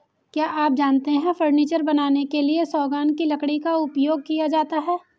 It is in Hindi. क्या आप जानते है फर्नीचर बनाने के लिए सागौन की लकड़ी का उपयोग किया जाता है